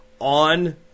On